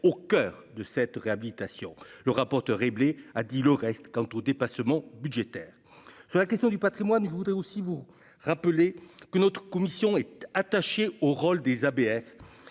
au coeur de cette réhabilitation, le rapporteur a dit le reste quant aux dépassements budgétaires sur la question du Patrimoine, je voudrais aussi vous rappeler que notre commission était attaché au rôle des ABF